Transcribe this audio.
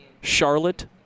Charlotte